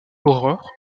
aurore